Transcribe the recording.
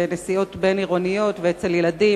בנסיעות בין-עירוניות ואצל ילדים,